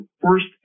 first